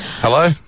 Hello